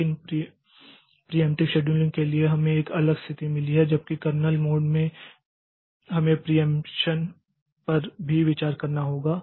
लेकिन preemptive scheduling के लिए हमें एक अलग स्थिति मिली है जबकि कर्नेल मोड में हमें प्रियेंप्षन पर भी विचार करना होगा